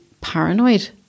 paranoid